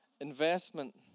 Investment